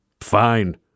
fine